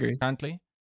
currently